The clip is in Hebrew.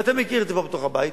ואתה מכיר את זה פה בתוך הבית,